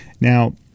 Now